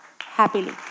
Happily